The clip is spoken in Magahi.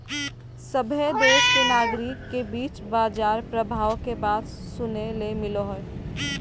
सभहे देश के नागरिक के बीच बाजार प्रभाव के बात सुने ले मिलो हय